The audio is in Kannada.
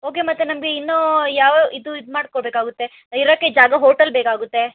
ಓಕೆ ಮತ್ತೆ ನಮಗೆ ಇನ್ನು ಯಾವ ಇದು ಇದು ಮಾಡ್ಕೊಳ್ಬೇಕಾಗುತ್ತೆ ಇರೋಕ್ಕೆ ಜಾಗ ಹೋಟೆಲ್ ಬೇಕಾಗುತ್ತೆ